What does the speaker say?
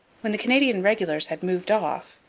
when the canadian regulars had moved off,